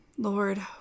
Lord